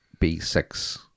B6